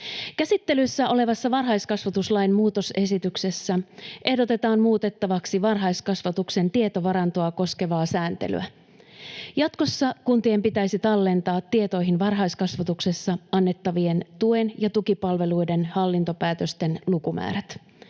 Käsittelyssä olevassa varhaiskasvatuslain muutosesityksessä ehdotetaan muutettavaksi varhaiskasvatuksen tietovarantoa koskevaa sääntelyä. Jatkossa kuntien pitäisi tallentaa tietoihin varhaiskasvatuksessa annettavien tuen ja tukipalveluiden hallintopäätösten lukumäärät.